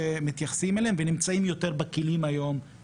וזה אולי המשטרה ואנשי משפט יגידו,